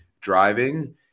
driving